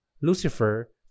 Lucifer